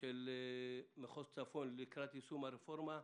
של מחוז צפון לקראת יישום הרפורמה.